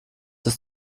ist